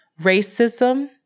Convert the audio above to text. racism